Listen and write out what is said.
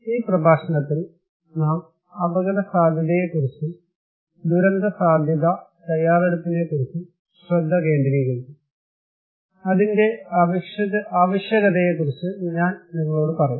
ഈ പ്രഭാഷണത്തിൽൽ നാം അപകടസാധ്യതയെക്കുറിച്ചും ദുരന്തസാധ്യതാ തയ്യാറെടുപ്പിനെക്കുറിച്ചും ശ്രദ്ധ കേന്ദ്രീകരിക്കും അതിൻ്റെ ആവശ്യകതയെ കുറിച്ച് ഞാൻ നിങ്ങളോട് പറയും